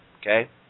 Okay